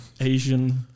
Asian